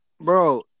bro